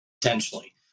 potentially